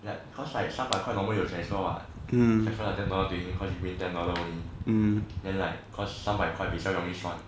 like cause like 三百块 normally you will transfer what transfer like ten dollar winning cause you win ten dollar only then like cause 三百块比较容易算